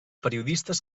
periodistes